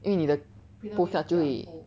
因为你的 postcard 就会